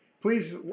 Please